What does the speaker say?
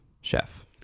Chef